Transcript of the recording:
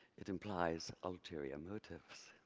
it implies ulterior motives.